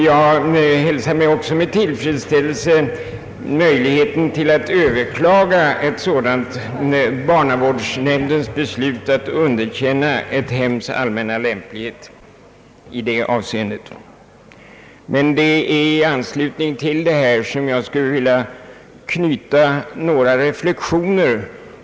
Jag hälsar också med tillfredsställelse möjligheten att överklaga barnavårdsnämnds beslut att underkänna ett hems allmänna lämplighet i detta avseende. Men i anslutning härtill skulle jag vilja göra några reflexioner.